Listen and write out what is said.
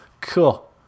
Cool